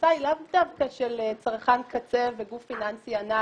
התפיסה היא לאו דווקא של צרכן קצה וגוף פיננסי ענק.